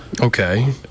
Okay